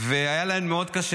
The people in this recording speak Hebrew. והיה להן מאוד קשה,